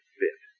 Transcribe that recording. fit